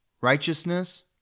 righteousness